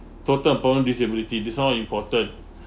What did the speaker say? total permanent disability they sound important